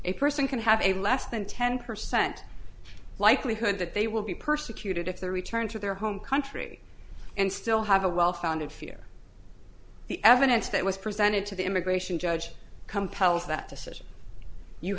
a person can have a less than ten percent likelihood that they will be persecuted if they returned to their home country and still have a well founded fear the evidence that was presented to the immigration judge compels that decision you